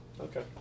Okay